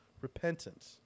repentance